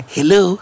Hello